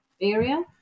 area